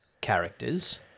characters